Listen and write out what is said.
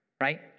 right